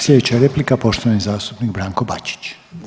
Sljedeća replika je poštovani zastupnik Branko Bačić.